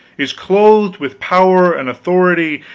is clothed with power and authority,